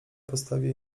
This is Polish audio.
podstawie